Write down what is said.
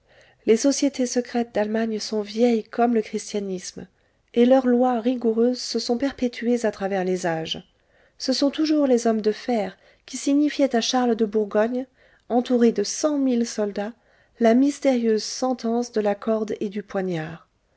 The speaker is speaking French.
les sociétés secrètes d'allemagne sont vieilles comme le christianisme et leurs lois rigoureuses se sont perpétuées à travers les âges ce sont toujours les hommes de fer qui signifiaient à charles de bourgogne entouré de cent mille soldats la mystérieuse sentence de la corde et du poignard